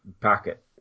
packet